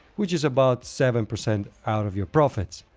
which is about seven percent out of your profits.